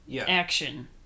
Action